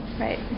right